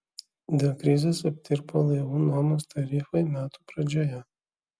dėl krizės aptirpo laivų nuomos tarifai metų pradžioje